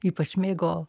ypač mėgo